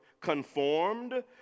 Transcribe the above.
conformed